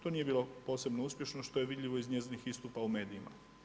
To nije bilo posebno uspješno što je vidljivo iz njezinih istupa u medijima.